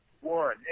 one